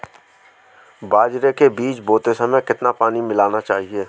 बाजरे के बीज बोते समय कितना पानी मिलाना चाहिए?